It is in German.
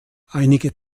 einige